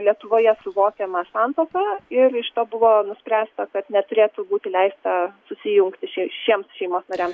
lietuvoje suvokiama santuoka ir iš to buvo nuspręsta kad neturėtų būti leista susijungti šie šiems šeimos nariam